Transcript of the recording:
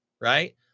right